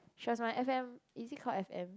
she was my F_M is it called F_M